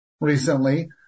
recently